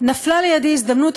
נפלה לידי הזדמנות,